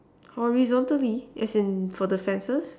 horizontally as in for the fences